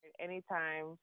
Anytime